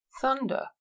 Thunder